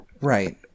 right